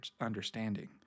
understanding